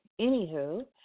anywho